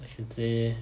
I should say